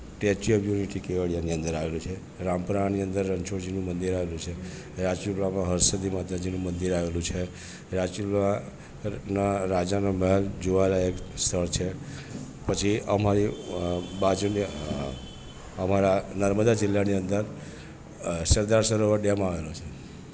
statue of unity કેવડીયાની અંદર આવેલું છે રામપરાની અંદર રણછોડજીનું મંદિર આવેલું છે રાજવીપરામાં હરસિદ્ધિ માતાજીનું મંદિર આવેલું છે રાજપીપળા ના રાજાનો મહેલ જોવા લાયક સ્થળ છે પછી અમારી બાજુની અમારા નર્મદા જીલ્લાની અંદર સરદાર સરોવર ડેમ આવેલો છે